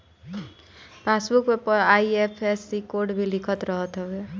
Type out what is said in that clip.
passbook पअ IFSC code भी लिखल रहत हवे